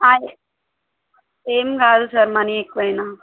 ఏమి కాదు sir money ఎక్కువైనా